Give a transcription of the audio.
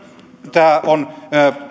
tämä on myös